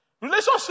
Relationship